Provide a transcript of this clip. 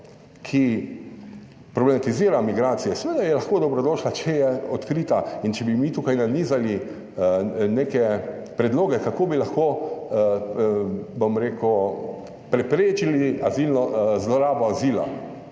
ki problematizira migracije, seveda je lahko dobrodošla, če je odkrita in če bi mi tukaj nanizali neke predloge, kako bi lahko, bom rekel preprečili azilno, zlorabo azila